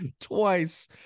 twice